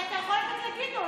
אתה יכול לתת לגדעון,